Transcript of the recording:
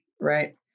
right